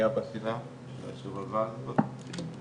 אבא שלה של השובבה הזאת,